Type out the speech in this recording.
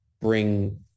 bring